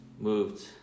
moved